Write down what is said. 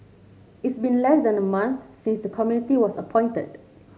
it's been less than a month since the committee was appointed